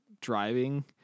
driving